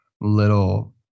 little